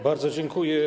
Bardzo dziękuję.